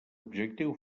objectiu